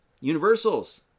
universals